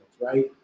right